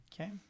Okay